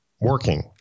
working